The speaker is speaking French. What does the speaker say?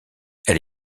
elle